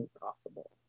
possible